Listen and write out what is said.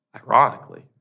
ironically